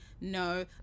no